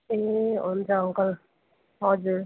ए हुन्छ अङ्कल हजुर